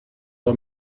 are